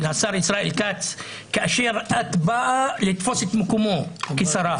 השר ישראל כץ כאשר את באה לתפוס את מקומו כשרה?